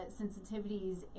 sensitivities